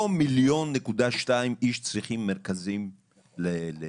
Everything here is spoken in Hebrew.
לא 1,200,000 צריכים מרכז לקשיש,